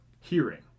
hearing